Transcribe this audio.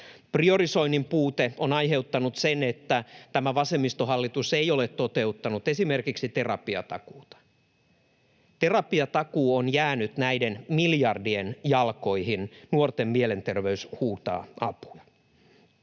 Priorisoinnin puute on aiheuttanut sen, että tämä vasemmistohallitus ei ole toteuttanut esimerkiksi terapiatakuuta. Terapiatakuu on jäänyt näiden miljardien jalkoihin — nuorten mielenterveys huutaa apua.